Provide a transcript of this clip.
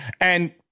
And-